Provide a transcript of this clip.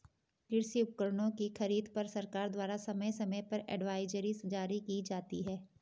कृषि उपकरणों की खरीद पर सरकार द्वारा समय समय पर एडवाइजरी जारी की जाती है